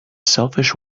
selfish